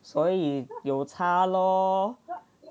所以有差 lor